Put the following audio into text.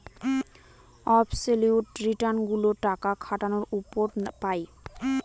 absolute return গুলো টাকা খাটানোর উপর পাই